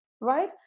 right